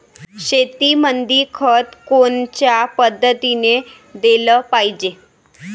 शेतीमंदी खत कोनच्या पद्धतीने देलं पाहिजे?